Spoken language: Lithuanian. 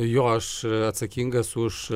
jo aš atsakingas už